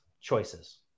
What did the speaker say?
choices